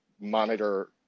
monitor